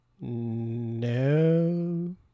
no